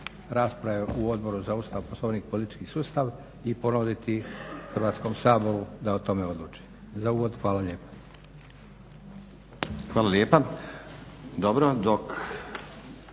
rasprave u Odboru za Ustav, Poslovnik i politički sustav i ponuditi Hrvatskom saboru da o tome odluči. Za uvod hvala lijepa.